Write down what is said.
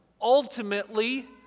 ultimately